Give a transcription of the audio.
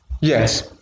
Yes